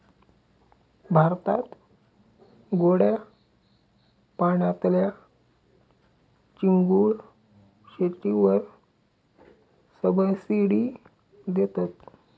भारतात गोड्या पाण्यातल्या चिंगूळ शेतीवर सबसिडी देतत